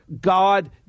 god